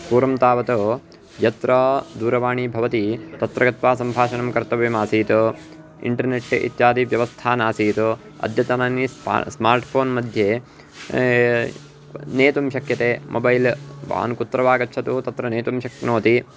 पूर्वं तावत् यत्र दूरवाणी भवति तत्र गत्वा सम्भाषणं कर्तव्यमासीत् इन्टर्नेट् इत्यादि व्यवस्था नासीत् अद्यतनानि स्मा स्मार्ट् फ़ोन् मध्ये नेतुं शक्यते मोबैल् भवान् कुत्र वा गच्छतु तत्र नेतुं शक्नोति